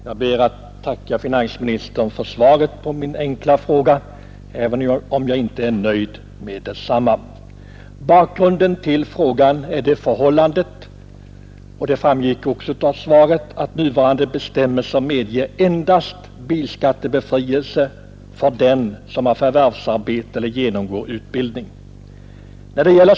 Herr talman! Jag ber att få tacka finansministern för svaret på min enkla fråga, även om jag inte är nöjd med detsamma. Bakgrunden till frågan är det förhållandet, vilket också framgick av svaret, att nuvarande bestämmelser medger bilskattebefrielse endast för den som har förvärvsarbete eller genomgår utbildning.